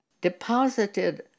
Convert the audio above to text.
deposited